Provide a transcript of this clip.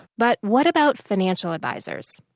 but what about financial advisers?